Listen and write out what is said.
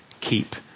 keep